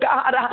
God